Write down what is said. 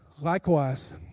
Likewise